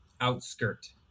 outskirt